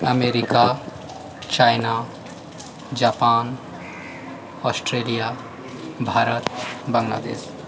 America China Japan Australia Bharat Bangladesh